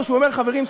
או שהוא אומר: חברים,